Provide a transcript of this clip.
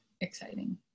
exciting